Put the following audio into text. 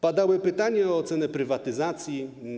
Padały pytania o ocenę prywatyzacji.